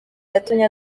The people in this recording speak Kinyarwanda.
yatumye